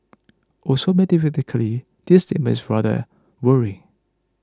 also mathematically this statement is rather worrying